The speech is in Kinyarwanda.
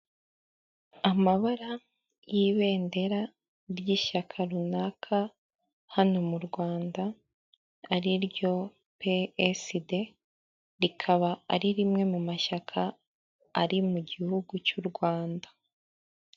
Amabara y'ibendera ry'ishyaka runaka hano mu Rwanda ari ryo psd rikaba ari rimwe mu mashyaka ari mu gihugu cy'u Rwanda.